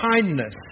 kindness